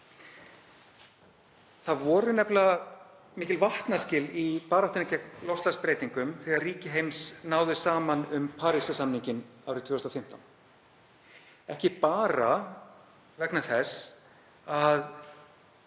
Það voru nefnilega mikil vatnaskil í baráttunni gegn loftslagsbreytingum þegar ríki heims náðu saman um Parísarsamninginn árið 2015, ekki bara vegna þess að